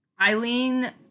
Eileen